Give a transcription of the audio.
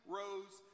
rose